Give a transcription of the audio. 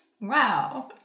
Wow